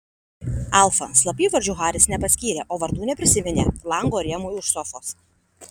alfa slapyvardžių haris nepaskyrė o vardų neprisiminė lango rėmui už sofos